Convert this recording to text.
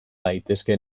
daitezke